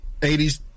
80s